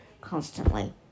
constantly